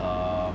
err